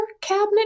cabinet